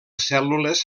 cèl·lules